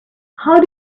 how